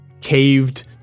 caved